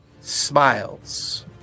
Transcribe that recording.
smiles